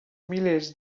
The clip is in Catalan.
milers